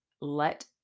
let